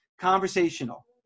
conversational